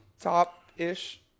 top-ish